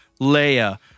Leia